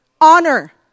Honor